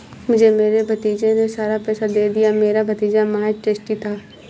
मुझे मेरे भतीजे ने सारा पैसा दे दिया, मेरा भतीजा महज़ ट्रस्टी था